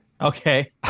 Okay